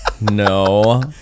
No